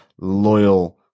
loyal